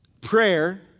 prayer